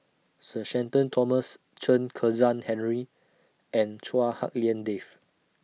Sir Shenton Thomas Chen Kezhan Henri and Chua Hak Lien Dave